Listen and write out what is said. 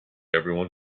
everyone